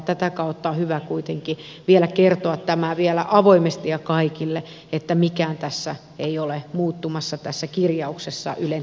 tätä kautta on hyvä kuitenkin vielä kertoa tämä vielä avoimesti ja kaikille että mikään tässä kirjauksessa ei ole muuttumassa ylen tehtävien suhteen